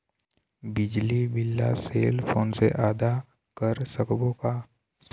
बिजली बिल ला cell phone से आदा कर सकबो का?